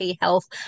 Health